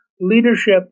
leadership